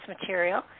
material